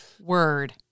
word